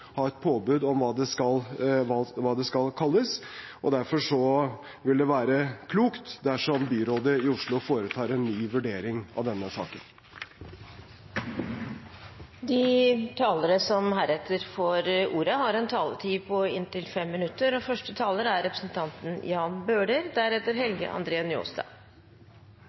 ha et påbud om hva det skal kalles, og derfor vil det være klokt dersom byrådet i Oslo foretar en ny vurdering av denne saken. Dette har vært et tema i hvert fall siden 1991, da et Ap–SV-byråd overtok etter et byråd som